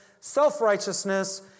self-righteousness